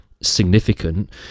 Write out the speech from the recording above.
significant